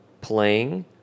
playing